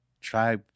try